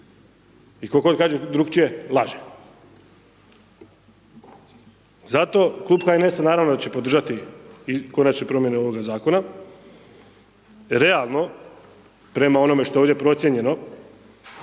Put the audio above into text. I ko god kaže drukčije laže. Zato Klub HNS-a naravno da će podržati konačne promjene ovoga zakona, realno prema onome što je ovdje procijenjeno,